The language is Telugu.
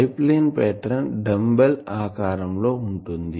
ప్లేన్ పాటర్న్ డంబెల్ ఆకారం లో ఉంటుంది